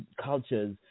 cultures